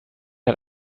hat